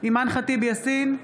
אימאן ח'טיב יאסין,